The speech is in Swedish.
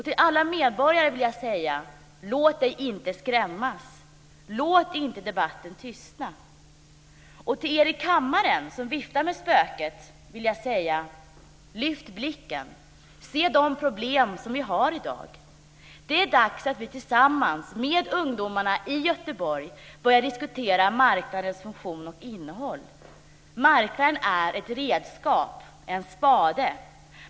Till alla medborgare vill jag säga: Låt dig inte skrämmas. Låt inte debatten tystna. Och till er i kammaren som viftar med spöket vill jag säga: Lyft blicken! Se de problem som vi har i dag! Det är dags att vi tillsammans med ungdomarna i Göteborg börjar diskutera marknadens funktion och innehåll. Marknaden är ett redskap, en spade.